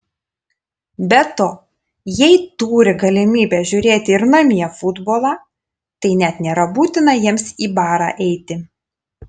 be to jei turi galimybę žiūrėti ir namie futbolą tai net nėra būtina jiems į barą eiti